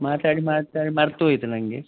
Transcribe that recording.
ಮಾತಾಡಿ ಮಾತಾಡಿ ಮರ್ತು ಹೋಯಿತ ನಂಗೆ